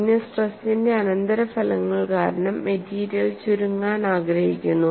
പിന്നെ സ്ട്രെസിന്റെ അനന്തരഫലങ്ങൾ കാരണം മെറ്റീരിയൽ ചുരുങ്ങാൻ ആഗ്രഹിക്കുന്നു